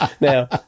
Now